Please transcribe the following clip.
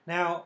Now